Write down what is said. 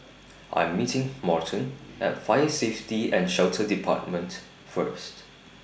I'm meeting Morton At Fire Safety and Shelter department First